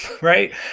right